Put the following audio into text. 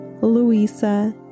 Luisa